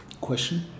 Question